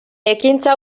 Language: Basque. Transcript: ekintza